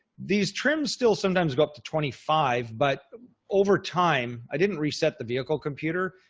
these trims still sometimes go up to twenty five, but over time i didn't reset the vehicle computer.